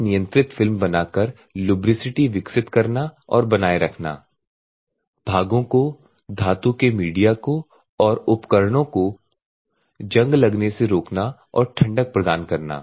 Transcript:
एक नियंत्रित फिल्म बनाकर लुब्रिसिटी विकसित करना और बनाए रखना भागों को धातु के मीडिया को और उपकरणों को जंग लगने से रोकना और ठंडक प्रदान करना